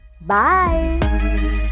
Bye